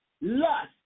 Lust